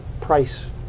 price